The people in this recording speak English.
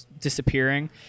disappearing